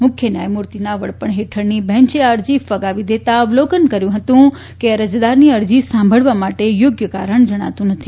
મુખ્ય ન્યાયમૂર્તિના વડપણ હેઠળની બેન્ચે આ અરજી ફગાવી દેતાં અવલોકન કર્યું હતું કે અરજદારની અરજી સાંભળવા માટે યોગ્ય કારણ જણાતું નથી